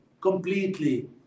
completely